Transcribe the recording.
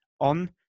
on